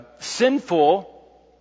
sinful